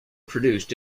produced